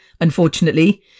unfortunately